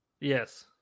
Yes